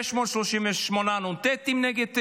638 נ"טים נגד ישראל.